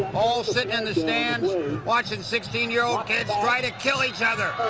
all sitting in the stands watching sixteen year old kids try to kill each other.